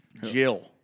Jill